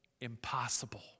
impossible